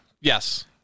Yes